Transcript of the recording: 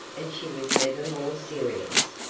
and she was never more serious.